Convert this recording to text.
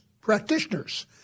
practitioners